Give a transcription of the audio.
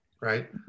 right